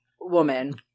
woman